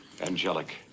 Angelic